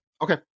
Okay